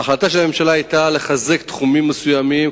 ההחלטה של הממשלה היתה לחזק תחומים מסוימים,